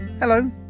Hello